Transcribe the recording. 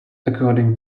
according